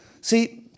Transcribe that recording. See